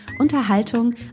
Unterhaltung